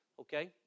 Okay